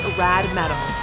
radmetal